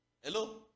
Hello